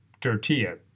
Tortilla